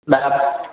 न न